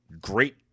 great